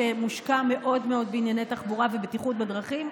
שמושקע מאוד מאוד בענייני תחבורה ובטיחות בדרכים,